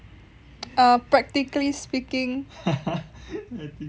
uh practically speaking